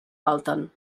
falten